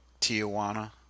Tijuana